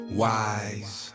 wise